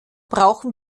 brauchen